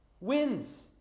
wins